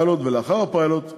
ולאחר הפיילוט,